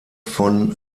von